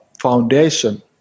foundation